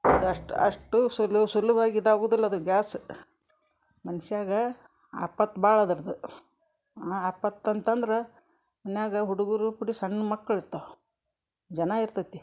ಅದು ಅಷ್ಟು ಅಷ್ಟು ಸುಲು ಸುಲುಭ್ವಾಗಿ ಇದಾಗುದುಲ್ಲದು ಗ್ಯಾಸ್ ಮನುಷ್ಯಗ ಆಪತ್ತು ಭಾಳ ಅದರ್ದು ಆ ಆಪತ್ತು ಅಂತಂದ್ರೆ ಮನೆಯಾಗ ಹುಡುಗರು ಕೂಡಿ ಸಣ್ಣ ಮಕ್ಳು ಇರ್ತಾವೆ ಜನ ಇರ್ತೈತಿ